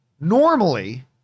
Normally